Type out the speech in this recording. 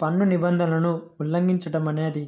పన్ను నిబంధనలను ఉల్లంఘిచడమనేదే